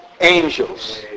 angels